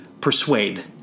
persuade